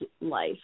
life